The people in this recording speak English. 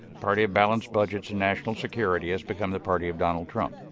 party of balanced budgets and national security, has become the party of donald trump?